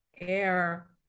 air